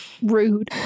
rude